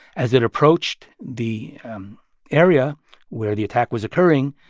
as it approached the area where the attack was occurring,